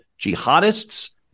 jihadists